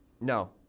No